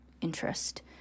interest